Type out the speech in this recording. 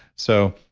so,